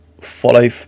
follow